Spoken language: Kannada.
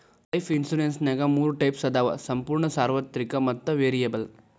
ಲೈಫ್ ಇನ್ಸುರೆನ್ಸ್ನ್ಯಾಗ ಮೂರ ಟೈಪ್ಸ್ ಅದಾವ ಸಂಪೂರ್ಣ ಸಾರ್ವತ್ರಿಕ ಮತ್ತ ವೇರಿಯಬಲ್